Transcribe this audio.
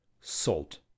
salt